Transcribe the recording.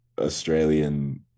Australian